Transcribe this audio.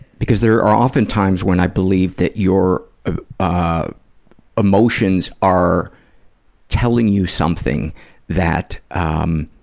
because there are often times when i believe that your ah ah emotions are telling you something that um